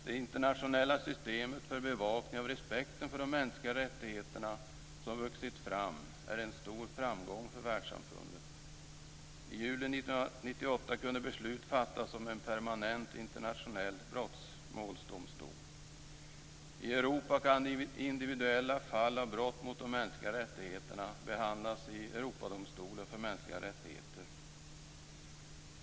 Det internationella systemet för bevakning av respekten för de mänskliga rättigheterna som vuxit fram är en stor framgång för världssamfundet. I juli 1998 kunde beslut fattas om en permanent internationell brottmålsdomstol. I Europa kan individuella fall av brott mot de mänskliga rättigheterna behandlas i Europadomstolen för mänskliga rättigheter.